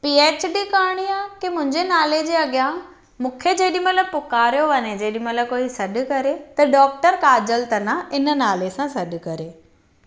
P H D करिणी आहे कि मुंहिंजे नाले जे अॻियां मूंखे जॾहिं महिल पुकारियो वञे जॾहिं महिल कोई सॾु करे त डॉक्टर काजल त ना हिन नाले सां सॾु करे